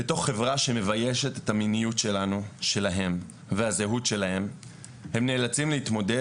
בתוך חברה שמביישת את המיניות שלהם והזהות שלהם הם נאלצים להתמודד